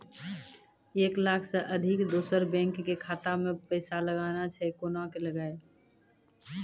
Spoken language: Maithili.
एक लाख से अधिक दोसर बैंक के खाता मे पैसा लगाना छै कोना के लगाए?